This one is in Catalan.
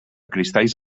cristalls